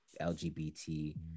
LGBT